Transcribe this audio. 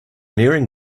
nearing